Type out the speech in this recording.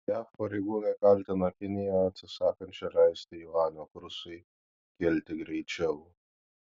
jav pareigūnai kaltina kiniją atsisakančią leisti juanio kursui kilti greičiau